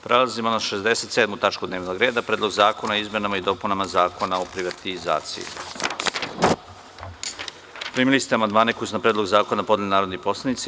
Prelazimo na 67. tačku dnevnog reda – PREDLOG ZAKONA O IZMENAMA I DOPUNAMA ZAKONA O PRIVATIZACIJI Primili ste amandmane koje su na predlog zakona podneli narodni poslanici.